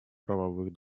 правовых